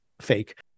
fake